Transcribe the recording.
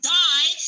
die